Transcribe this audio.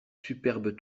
superbes